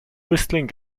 whistling